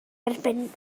erbyn